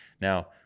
Now